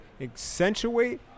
accentuate